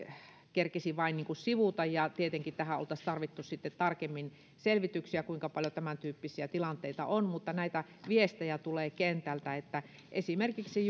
kerkesi vain sivuta tietenkin oltaisiin tarvittu sitten tarkemmin selvityksiä tästä kuinka paljon tämäntyyppisiä tilanteita on mutta näitä viestejä tulee kentältä että esimerkiksi